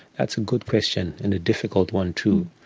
that's a good question and a difficult one too.